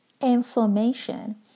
inflammation